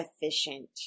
efficient